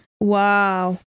Wow